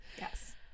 Yes